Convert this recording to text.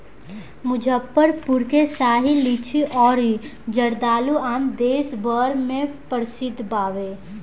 मुजफ्फरपुर के शाही लीची अउरी जर्दालू आम देस भर में प्रसिद्ध बावे